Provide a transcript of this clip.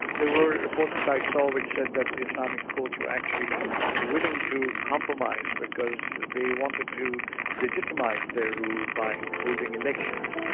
there were reports that i saw which said that the islamic courts were actually willing to compromise because they wanted to legitimise their rule by holding elections.